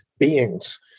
beings